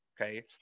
Okay